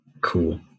Cool